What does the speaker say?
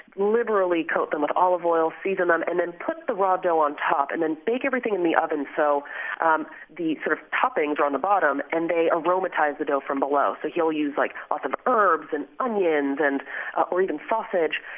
liberally coat them with olive oil, season them, and then put the raw dough on top. and he will bake everything in the oven so um the sort of toppings are on the bottom and they aromatize the dough from below. so he'll use like lots of herbs, and onions and ah or even sausage.